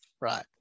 right